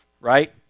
right